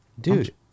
Dude